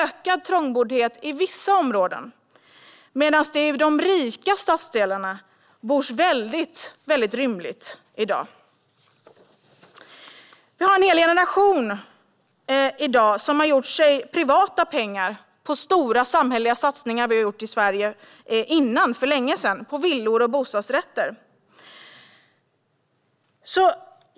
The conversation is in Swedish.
Trångboddheten ökar i vissa områden, medan man i de rika stadsdelarna bor väldigt rymligt i dag. Vi har i dag en hel generation som har gjort sig privata pengar på stora samhälleliga satsningar som vi har gjort i Sverige för länge sedan, på villor och bostadsrätter.